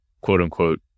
quote-unquote